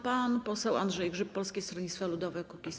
Pan poseł Andrzej Grzyb, Polskie Stronnictwo Ludowe - Kukiz15.